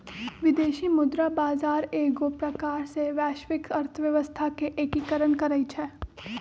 विदेशी मुद्रा बजार एगो प्रकार से वैश्विक अर्थव्यवस्था के एकीकरण करइ छै